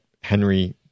Henry